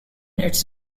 its